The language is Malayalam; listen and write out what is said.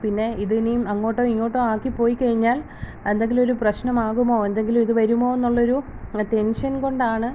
പിന്ന ഇത് ഇനിയും അങ്ങോട്ടോ ഇങ്ങോട്ടോ ആക്കി പോയി കഴിഞ്ഞാൽ എന്തെങ്കിലും ഒരു പ്രശ്നമാകുമോ എന്തെങ്കിലും ഇത് വരുമോ എന്നുള്ളൊരു ടെൻഷൻ കൊണ്ടാണ്